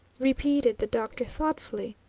repeated the doctor thoughtfully.